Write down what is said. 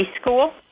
school